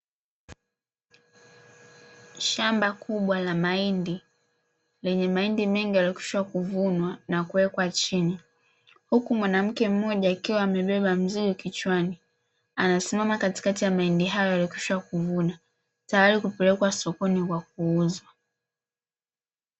Shamba kubwa la mahindi lenye mahindi mengi yaliyokwisha kuvunwa na kuwekwa chini. Huku mwanamke mmoja akiwa amebeba mzigo kichwani, anasimama katikati ya mahindi hayo yaliokwisha kuvunwa. Tayari kupelekwa sokoni kwa kuuza.